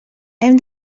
hem